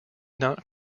not